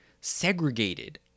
segregated